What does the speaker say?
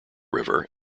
river